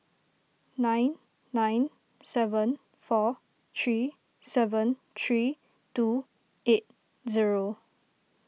nine nine seven four three seven three two eight zero